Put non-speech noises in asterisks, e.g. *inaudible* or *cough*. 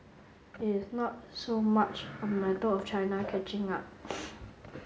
it's not so much a matter of China catching up *noise*